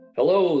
Hello